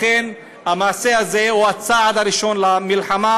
לכן, המעשה הזה הוא הצעד הראשון למלחמה,